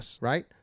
Right